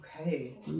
Okay